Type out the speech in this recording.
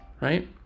right